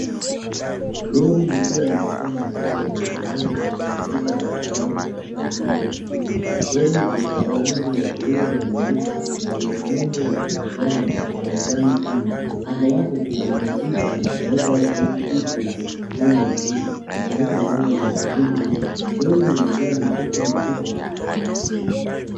Lori likiwa limejaa mifuko ya magunia likipita barabarani katika eneo la mjini. Lori linalo rangi ya buluu na nyeupe na lina nembo ya kijani na manjano kando. Upande wake kuna maandishi let us make Eastleigh green and clean yakionyesha lengo la shughuli hii. Lori limejaa mifuko mikubwa.